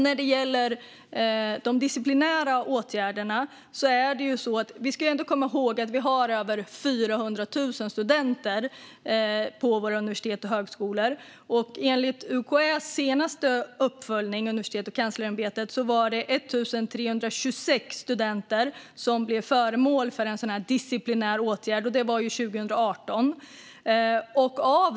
När det gäller de disciplinära åtgärderna ska vi komma ihåg att vi har över 400 000 studenter på våra universitet och högskolor. Enligt den senaste uppföljningen från UKÄ, Universitetskanslersämbetet, var det 1 326 studenter som blev föremål för en disciplinär åtgärd. Detta var 2018.